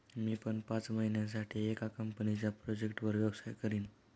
मी पण पाच महिन्यासाठी एका कंपनीच्या प्रोजेक्टवर व्यवसाय करीन